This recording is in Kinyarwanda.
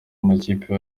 amakipe